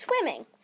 swimming